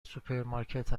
سوپرمارکت